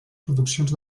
produccions